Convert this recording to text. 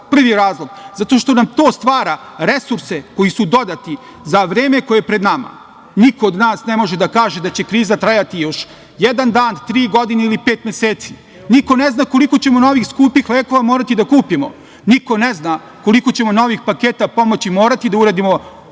Prvi razlog, zato što nam to stvara resurse koji su dodati za vreme koje je pred nama. Niko od nas ne može da kaže da će kriza trajati još jedan dan, tri godine ili pet meseci. Niko ne zna koliko ćemo novih skupih lekova morati da kupimo, niko ne zna koliko ćemo novih paketa pomoći morati da uradimo